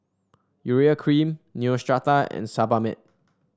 Urea Cream Neostrata and Sebamed